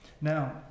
Now